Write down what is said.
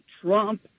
Trump